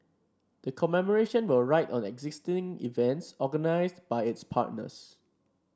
the commemoration will ride on existing events organised by its partners